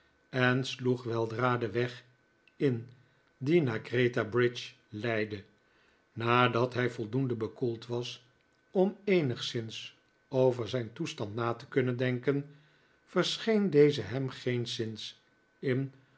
en sloeg weldra den weg in die naar gretabridge leidde nadat hij voldoende bekoeld was om eenigszins over zijn toestand na te kunnen denken verscheen deze hem geenszins in